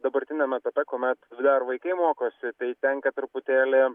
dabartiniam etape kuomet dar vaikai mokosi tai tenka truputėlį